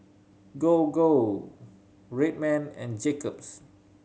Gogo Red Man and Jacob's